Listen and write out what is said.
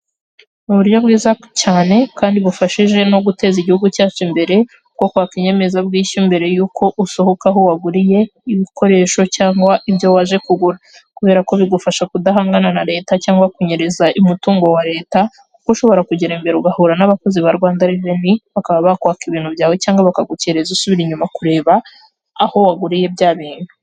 Uburyo bwiza cyane kandi bufashije no guteza igihugu cyacu imbere bwo kwaka inyemezabwishyu mbere yuko usohoka aho waguriye ibikoresho cyangwa ibyo waje kugura kubera ko bigufasha kudahangana na leta cyangwa kunyereza umutungo wa leta kuko ushobora kugera imbere ugahura n'abakozi ba Rwanda reveni bakaba bakwaka ibintu byawe cyangwa bakagukerereza usubira inyuma kureba aho waguriye bya bintu.